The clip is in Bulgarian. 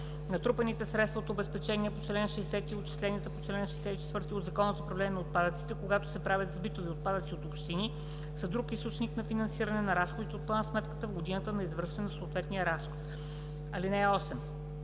Натрупаните средства от обезпеченията по чл. 60 и отчисленията по чл. 64 от Закона за управление на отпадъците, когато се правят за битови отпадъци от общини, са друг източник на финансиране на разходите от план сметката в годината на извършване на съответния разход. (8)